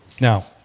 now